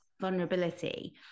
vulnerability